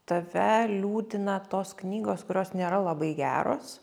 tave liūdina tos knygos kurios nėra labai geros